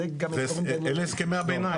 אלה הסכמי הביניים.